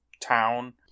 town